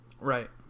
Right